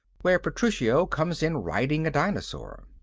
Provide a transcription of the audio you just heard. where petruchio comes in riding a dinosaur,